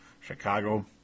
Chicago